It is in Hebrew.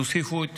תוסיפו את